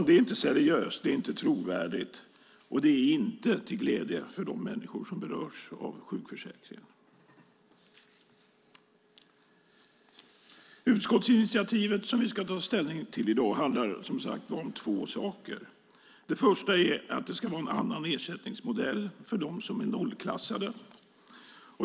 Det är inte seriöst och trovärdigt, och det är inte till glädje för de människor som berörs av sjukförsäkringen. Det utskottsinitiativ som vi ska ta ställning till i dag handlar alltså om två saker. Den första är att det ska vara en annan ersättningsmodell för dem som är nollklassade.